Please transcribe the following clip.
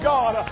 God